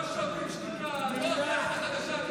בצלם, שוברים שתיקה, פורום קהלת.